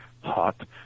hot